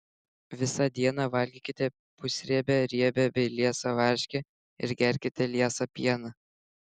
visą dieną valgykite pusriebę riebią bei liesą varškę ir gerkite liesą pieną